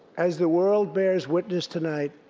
as the world bears witness tonight,